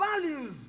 values